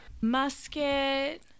Musket